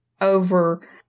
over